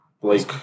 Blake